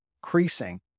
creasing